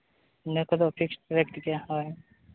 ᱤᱱᱟᱹ ᱠᱚᱫᱚ fixed rate ᱜᱮ ᱦᱳᱭ